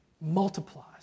Multiplies